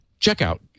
Checkout